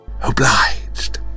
obliged